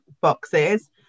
boxes